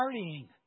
partying